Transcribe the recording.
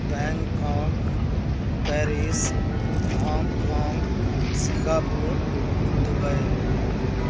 Bangkok Paris Hong Kong Singapore Dubai